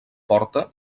porta